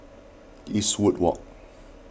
Eastwood Walk